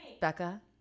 becca